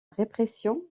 répression